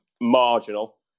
marginal